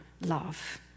love